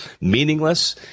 meaningless